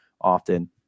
often